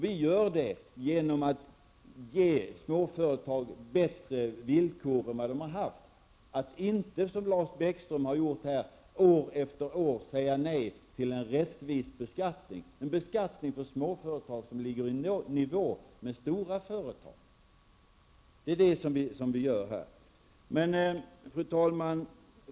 Vi gör det genom att ge småföretag bättre villkor än vad de har haft, att inte som Lars Bäckström har gjort år efter år säga nej till en rättvis beskattning för småföretag som ligger i nivå men stora företag. Det är vad vi gör. Fru talman!